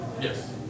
Yes